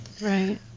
Right